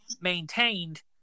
maintained